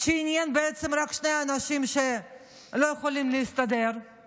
מה שעניין בעצם רק שני אנשים שלא יכולים להסתדר,